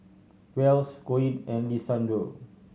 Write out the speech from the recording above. Wells Koen and Lisandro